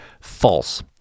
false